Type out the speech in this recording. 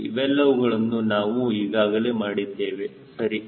ಇವೆಲ್ಲವುಗಳನ್ನು ನಾವು ಈಗಾಗಲೇ ಮಾಡಿದ್ದೇವೆ ಸರಿ